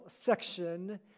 section